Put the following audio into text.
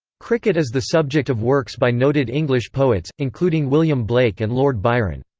cricket is the subject of works by noted english poets, including william blake and lord byron.